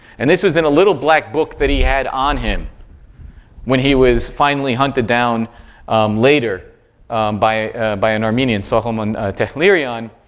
and this was in a little black book that he had on him when he was finally hunted down later by by an armenian, soghomon tehlirian,